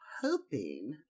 hoping